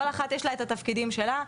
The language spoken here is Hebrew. לכל אחת יש לה את התפקידים שלה,